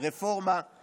רפורמה